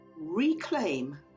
reclaim